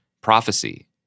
prophecy